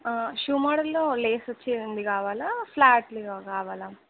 shoe మోడల్లో lace వచ్చేవి ఉంది కావాలా ఫ్లాటుగా కావాలా